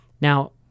now